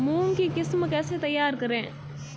मूंग की किस्म कैसे तैयार करें?